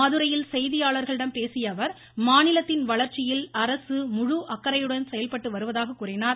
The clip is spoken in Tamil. மதுரையில் செய்தியாளர்களிடம் பேசியஅவர் மாநிலத்தின் வளர்ச்சியில் அரசு முழு அக்கறையுடன் செயல்பட்டு வருவதாகக் கூறினார்